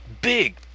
big